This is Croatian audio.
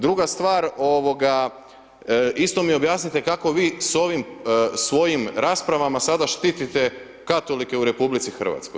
Druga stvar, isto mi objasnite kako vi s ovim svojim raspravama sada štitite katolike u RH.